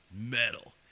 metal